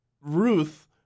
Ruth